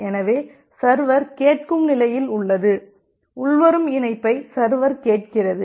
எனவே சர்வர் கேட்கும் நிலையில் உள்ளது உள்வரும் இணைப்பைக் சர்வர் கேட்கிறது